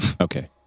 Okay